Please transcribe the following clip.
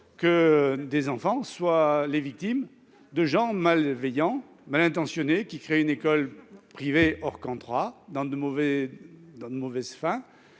des enfants sont les victimes de personnes malveillantes et mal intentionnées, qui créent une école privée hors contrat à de mauvaises fins.